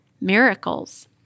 miracles